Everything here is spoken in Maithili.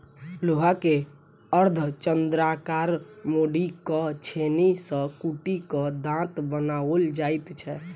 लोहा के अर्धचन्द्राकार मोड़ि क छेनी सॅ कुटि क दाँत बनाओल जाइत छै